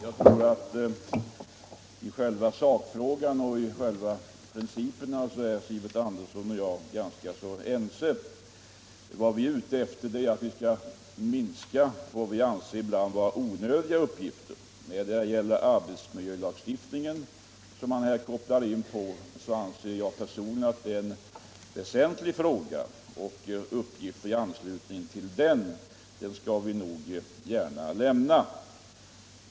Herr talman! Jag tror att Sivert Andersson i Stockholm och jag är ganska överens beträffande sakfrågan och principerna. Vad vi motionärer är ute efter är att minska uppgifter som vi anser vara onödiga. Arbetsmiljölagstiftningen anser jag personligen är en väsentlig fråga, och uppgifter i anslutning till den skall vi gärna lämna.